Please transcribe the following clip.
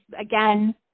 again